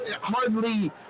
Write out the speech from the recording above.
hardly